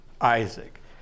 Isaac